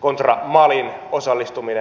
kontra malin osallistuminen